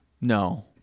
no